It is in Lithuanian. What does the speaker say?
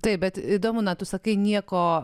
taip bet įdomu na tu sakai nieko